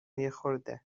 یخورده